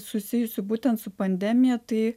susijusių būtent su pandemija tai